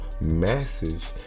message